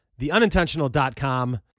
theunintentional.com